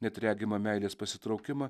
net regimą meilės pasitraukimą